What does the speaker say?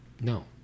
No